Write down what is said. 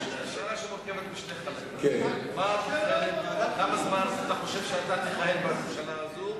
שאלה שמורכבת משני חלקים: כמה זמן אתה חושב שאתה תכהן בממשלה הזאת,